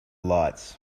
lights